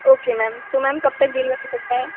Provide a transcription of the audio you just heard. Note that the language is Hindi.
ओके मैम तो मैम कब तक डिलीवर हो सकता है